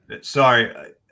sorry